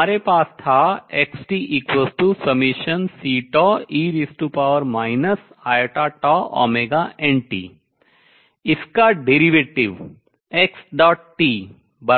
हमारे पास था xt∑Ceiτωt इसका derivative अवकलन xtiωτCeiτωt